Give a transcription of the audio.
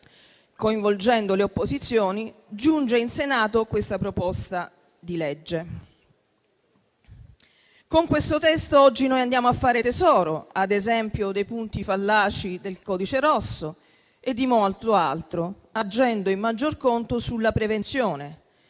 coinvolgendo le opposizioni, giunge in Senato questa proposta di legge. Con questo testo oggi andiamo a fare tesoro, ad esempio, dei punti fallaci del codice rosso e di molto altro, agendo in maggior conto sulla prevenzione.